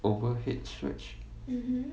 overhead stretch